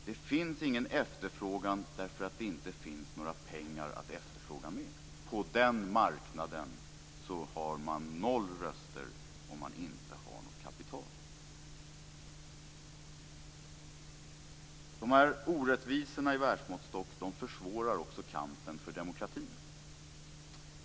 Det finns ingen efterfrågan, därför att det inte finns några pengar att efterfråga med. På den marknaden har man noll röster om man inte har något kapital. De här orättvisorna i världsmåttstock försvårar också kampen för demokratin.